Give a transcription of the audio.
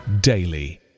daily